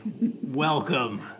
Welcome